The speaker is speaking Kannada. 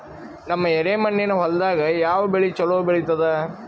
ನಮ್ಮ ಎರೆಮಣ್ಣಿನ ಹೊಲದಾಗ ಯಾವ ಬೆಳಿ ಚಲೋ ಬೆಳಿತದ?